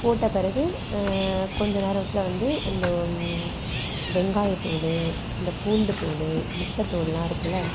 போட்ட பிறகு கொஞ்ச நேரத்தில் வந்து இந்த வெங்காயத்தோல் இந்த பூண்டுத்தோல் முட்டைத்தோலுலாம் இருக்குதுல்ல